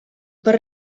per